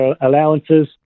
allowances